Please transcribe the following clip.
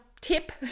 tip